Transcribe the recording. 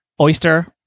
oyster